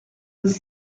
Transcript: was